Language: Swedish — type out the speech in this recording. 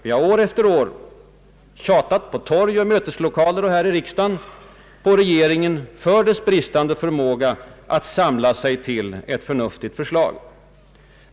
Vi har år efter år på torg, i möteslokaler och här i riksdagen tjatat på regeringen för dess bristande förmåga att samla sig till ett förnuftigt skatteförslag.